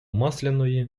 масляної